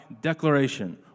Declaration